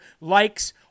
likes